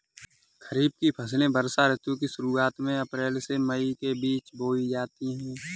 खरीफ की फसलें वर्षा ऋतु की शुरुआत में अप्रैल से मई के बीच बोई जाती हैं